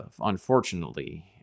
unfortunately